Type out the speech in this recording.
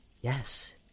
Yes